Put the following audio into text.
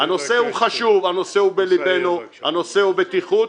הנושא חשוב, הנושא הוא בליבנו, הנושא הוא בטיחות,